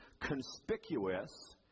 conspicuous